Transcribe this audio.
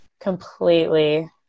Completely